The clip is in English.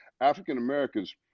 African-Americans